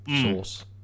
sauce